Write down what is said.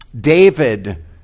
David